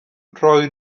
roi